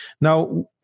Now